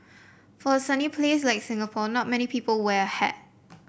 for a sunny place like Singapore not many people wear a hat